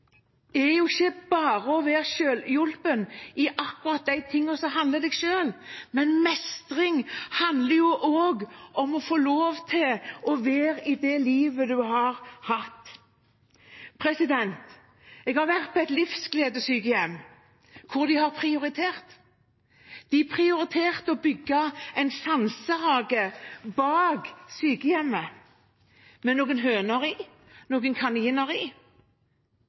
ikke bare å være selvhjulpen i akkurat de tingene som handler om en selv, mestring handler også om å få lov til å være i det livet en har hatt. Jeg har vært på et Livsglede-sykehjem hvor de har prioritert. De prioriterte å bygge en sansehage bak sykehjemmet, med noen høner og kaniner i.